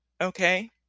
okay